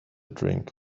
drink